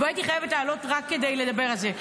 והייתי חייבת לעלות רק כדי לדבר על זה.